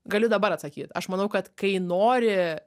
galiu dabar atsakyt aš manau kad kai nori